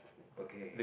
okay